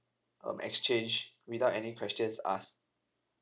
um exchange without any questions asked